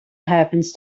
happens